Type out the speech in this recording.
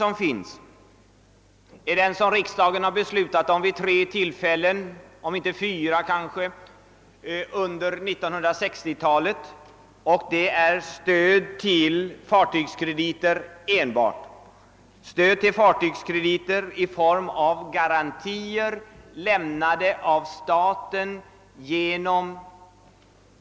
Ett annat stöd som riksdagen har beslutat om vid tre om inte fyra tillfällen under 1960-talet är de statliga garantierna via riksgälden för fartygskrediter.